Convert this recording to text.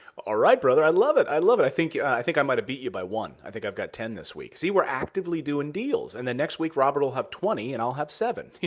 all right, brother. i love it. i love it. i think i think i might have beat you by one. i think i've got ten this week. see, we're actively doing deals. and then next week, robert will have twenty. and i'll have seven.